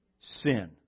Sin